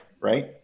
Right